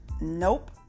Nope